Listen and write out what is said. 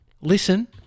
listen